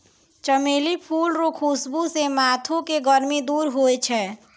चमेली फूल रो खुशबू से माथो के गर्मी दूर होय छै